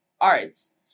arts